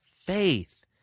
faith